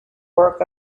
work